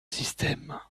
système